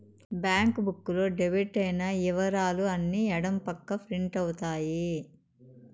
bank book లో debit అయిన ఇవరాలు అన్ని ఎడం పక్క ప్రింట్ అవుతాయి